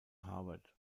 harvard